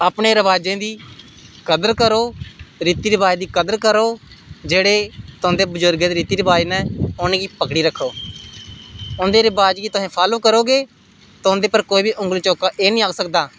अपने रवाजें दी कदर करो रिती रवाज दी कदर करो जेह्ड़े तुंदे बजुर्गें दे रिती रवाज न उ'नें गी पकड़ी रक्खो हुंदै रिवाज गी तुस फॉलो करोगे ते तुंदे पर कोई बी औंगली चुकियै एह् निं आक्खी सकदा